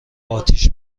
آتیش